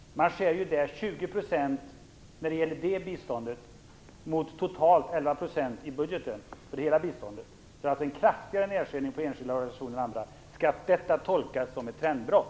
Man skär ju 20 % på det biståndet mot totalt 11 % i budgeten för hela biståndet. Det är alltså en kraftigare nedskärning vad gäller de enskilda organisationerna. Skall detta tolkas som ett trendbrott?